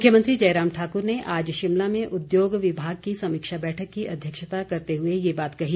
मुख्यमंत्री जयराम ठाकुर ने आज शिमला में उद्योग विभाग की समीक्षा बैठक की अध्यक्षता करते हुए ये बात कही